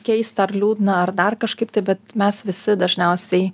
keista ar liūdna ar dar kažkaip tai bet mes visi dažniausiai